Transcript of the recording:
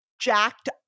jacked